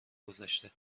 گذشته